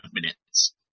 minutes